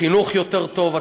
בחינוך יותר טוב,